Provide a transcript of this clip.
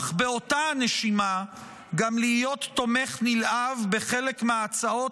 אך באותה הנשימה גם להיות תומך נלהב בחלק מההצעות